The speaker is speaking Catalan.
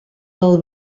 del